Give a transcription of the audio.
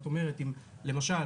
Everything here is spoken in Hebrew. למשל,